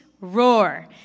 Roar